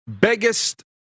biggest